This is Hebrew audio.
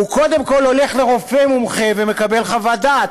הוא קודם כול הולך לרופא מומחה ומקבל חוות דעת,